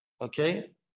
okay